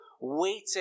waiting